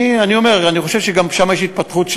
אני אומר, אני חושב שגם שם יש התפתחות,